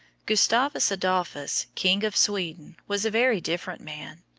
gustavus adolphus, king of sweden, was a very different man.